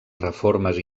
reformes